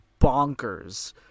bonkers